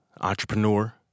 entrepreneur